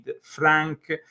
Frank